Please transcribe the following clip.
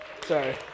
sorry